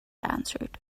answered